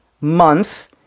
month